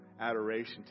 adoration